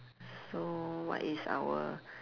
so what is our